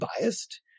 biased